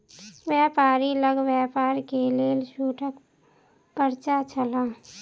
व्यापारी लग व्यापार के लेल छूटक पर्चा छल